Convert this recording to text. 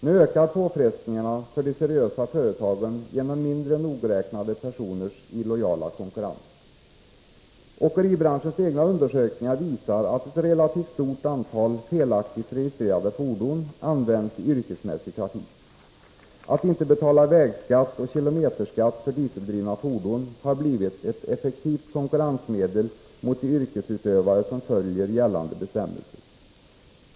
Nu ökar påfrestningarna för de seriösa företagen på grund av mindre nogräknade personers illojala konkurrens. Åkeribranschens egna undersökningar visar att ett relativt stort antal felaktigt registrerade fordon används i yrkesmässig trafik. Att inte betala vägskatt och kilometerskatt för dieseldrivna fordon har blivit ett effektivt konkurrensmedel mot de yrkesutövare som följer gällande bestämmelser.